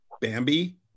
Bambi